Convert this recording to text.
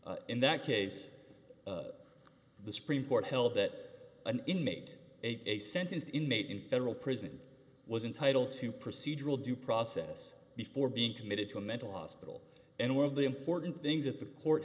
in that case the supreme court held that an inmate a sentenced inmate in federal prison was entitled to procedural due process before being committed to a mental hospital and one of the important things that the court